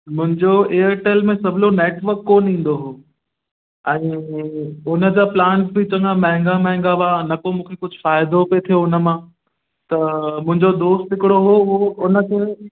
मुंहिंजो एयरटेल में सवलो नेटवर्क कोन ईंदो हो ऐं उन जा प्लान्स बि चङा महांगा महांगा हुआ न को मूंखे कुझु फ़ाइदो पिए थियो उन मां त मुंहिंजो दोस्त हिकिड़ो हो उन खे